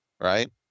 right